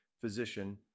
physician